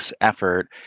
effort